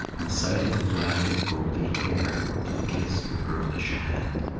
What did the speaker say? in sight of a flag of goldy hair, to the kiss of a girlish hand.